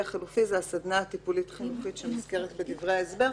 החלופי זאת הסדנה הטיפולית-חינוכית שמוזכרת בדברי ההסבר,